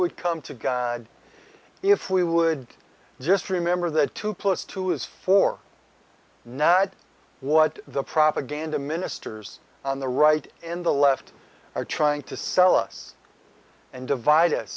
would come to god if we would just remember that two plus two is four nad what the propaganda ministers on the right in the left are trying to sell us and divide